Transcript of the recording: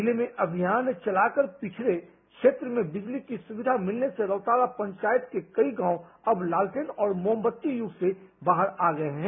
जिले में अभियान चलाकर पिछडे क्षेत्र में बिजली की सुविधा मिलने से रौतारा पंचायत के कई गांव अब लालटेन और मोमबत्ती के युग से बाहर आ गये हैं